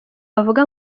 bavuga